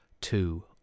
two